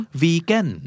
vegan